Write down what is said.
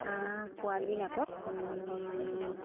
হাঁহ পোৱালিবিলাকক